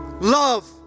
love